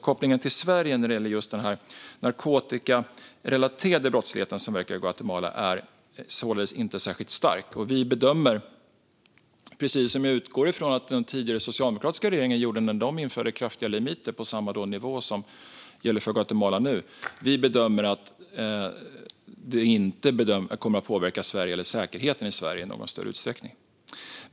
Kopplingen till Sverige när det gäller just den narkotikarelaterade brottslighet som verkar i Guatemala är således inte särskilt stark. Vi bedömer, precis som jag utgår från att den tidigare socialdemokratiska regeringen gjorde när den införde kraftiga limiter på samma nivå som gäller för Guatemala nu, att den inte kommer att påverka Sverige eller säkerheten i Sverige i någon större utsträckning.